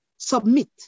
Submit